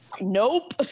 nope